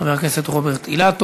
חבר הכנסת אביגדור ליברמן,